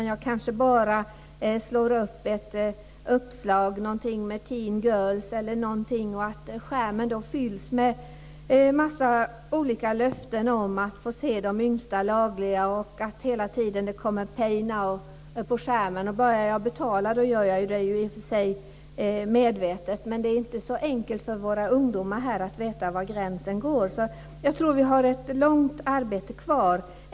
Jag kanske bara slår upp ett uppslag med teen girls eller någonting sådant, och skärmen fylls med en massa olika löften om att få se de yngsta lagliga. Hela tiden kommer det upp pay now på skärmen. Börjar jag betala gör jag det ju i och för sig medvetet, men det är inte så enkelt för våra ungdomar att veta var gränsen går. Jag tror att vi har ett stort arbete kvar.